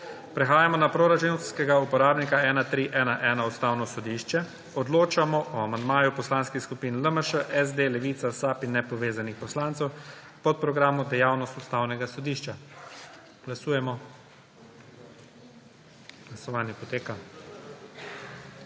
Prehajamo na proračunskega uporabnika 1311 – Ustavno sodišče. Odločamo o amandmaju poslanskih skupin LMŠ, SD, Levica, SAB in nepovezanih poslancev k podprogramu Dejavnost Ustavnega sodišča. Glasujemo. Navzočih